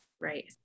Right